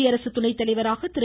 குடியரசுத் துணைத்தலைவராக திரு